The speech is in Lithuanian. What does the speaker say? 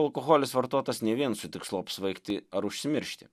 alkoholis vartotas ne vien su tikslu apsvaigti ar užsimiršti